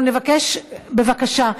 אנחנו נבקש, בבקשה,